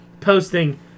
posting